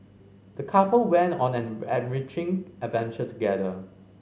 the couple went on an enriching adventure together